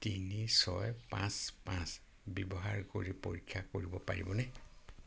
তিনি ছয় পাঁচ পাঁচ ব্যৱহাৰ কৰি পৰীক্ষা কৰিব পাৰিবনে